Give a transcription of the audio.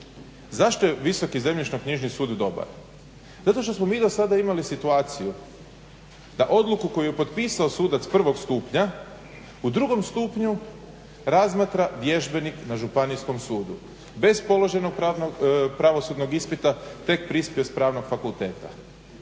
Zašto je visoki zemljišno-knjižni sud dobar, zato što smo mi do sada imali situaciju da odluku koju je potpisao sudac prvog stupnja u drugom stupnju razmatra vježbenik na županijskom sudu, bez položenog pravosudnog ispita, tek prispio s Pravnog fakulteta.